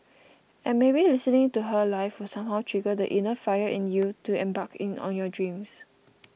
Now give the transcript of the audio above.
and maybe listening to her live will somehow trigger the inner fire in you to embark on your dreams